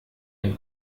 ein